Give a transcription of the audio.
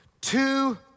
Two